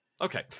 Okay